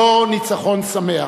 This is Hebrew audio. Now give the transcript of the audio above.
לא ניצחון שמח".